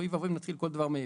אוי ואבוי אם נתחיל כל דבר מאפס.